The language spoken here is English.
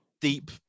deep